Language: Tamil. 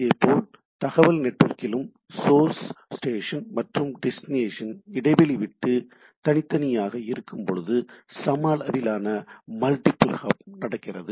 இதேபோல் தகவல் நெட்வொர்க்கிலும் சோர்ஸ் ஸ்டேஷன் மற்றும் டெஸ்டினேஷன் இடைவெளிவிட்டு தனித்தனியாக இருக்கும்போது சம அளவிலான மல்டிபிள் ஹாப் நடக்கிறது